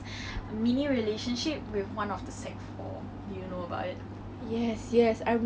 is it really right for 一个学生 to be dating a teacher